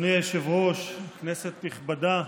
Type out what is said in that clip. אדוני היושב-ראש, כנסת נכבדה,